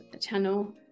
channel